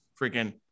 freaking